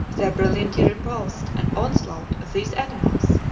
they brilliantly repulsed an onslaught of these animals,